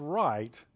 right